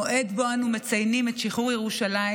מועד שבו אנו מציינים את שחרור ירושלים,